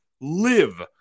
live